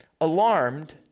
Alarmed